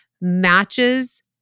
matches